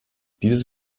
dieses